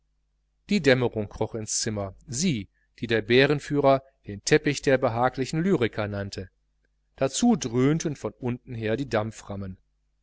die dämmerung kroch ins zimmer sie die der bärenführer den teppich der behaglichen lyriker nannte dazu dröhnten von unten her die